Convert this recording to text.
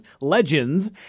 Legends